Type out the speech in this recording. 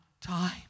time